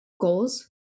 goals